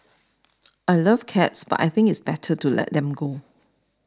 I love cats but I think it's better to let them go